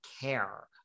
care